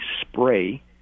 spray